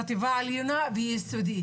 חטיבה עליונה ויסודי.